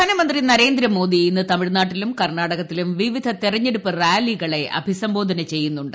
പ്രധാനമന്ത്രി നരേന്ദ്രമോദി ഇന്ന് തമിഴ്നാട്ടിലും കർണ്ണാട്കത്തിലും വിവിധ തെരഞ്ഞെടുപ്പ് റാലികളെ അഭിസംബ്ബോൾന ചെയ്യുന്നുണ്ട്